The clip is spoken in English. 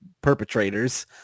perpetrators